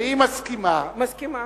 והיא מסכימה, מסכימה.